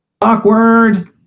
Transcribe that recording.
Awkward